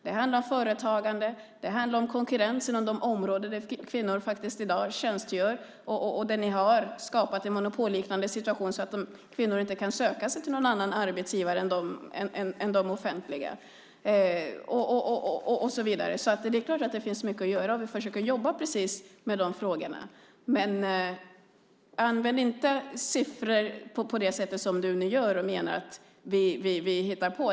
Det handlar om företagande. Det handlar om konkurrensen om de områden där kvinnor i dag tjänstgör och där ni har skapat en monopolliknande situation så att kvinnor inte kan söka sig till någon annan arbetsgivare än de offentliga och så vidare. Det är klart att det finns mycket att göra, och vi försöker jobba med precis de frågorna. Använd inte siffror på det sättet, Marie Engström, och påstå att vi hittar på.